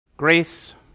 Grace